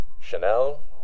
Chanel